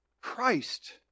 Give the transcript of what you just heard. Christ